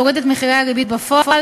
תוריד את מחירי הריבית בפועל